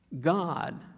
God